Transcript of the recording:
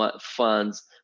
funds